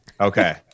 Okay